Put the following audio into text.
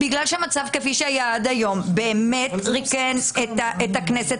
בגלל שהמצב כפי שהיה עד היום באמת רוקן את הכנסת